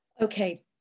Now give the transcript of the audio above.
okay